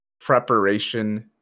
preparation